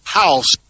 house